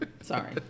Sorry